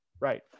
Right